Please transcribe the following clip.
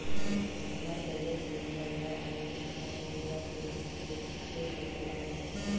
हमर करिया छेरी ह घर आए के नांव नइ लेवत रिहिस हे ले देके लाय हँव